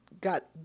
got